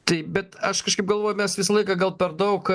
taip bet aš kažkaip galvoju mes visą laiką gal per daug